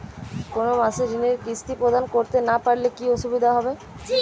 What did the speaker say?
কোনো মাসে ঋণের কিস্তি প্রদান করতে না পারলে কি অসুবিধা হবে?